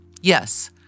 Yes